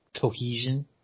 cohesion